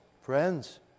Friends